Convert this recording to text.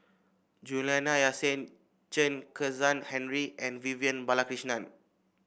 Juliana Yasin Chen Kezhan Henri and Vivian Balakrishnan